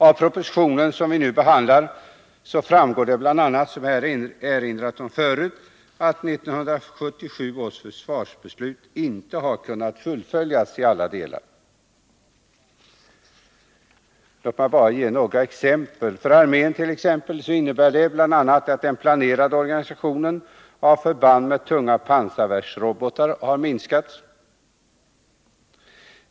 Av den proposition vi nu behandlar framgår bl.a., vilket jag erinrat om förut, att 1977 års försvarsbeslut inte har kunnat fullföljas i alla delar. Låt mig bara ge några exempel: För armén innebär detta bl.a. att den planerade organisationen av förband med tunga pansarvärnsrobotar har minskats.